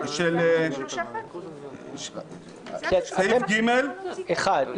סעיף (ג)(1).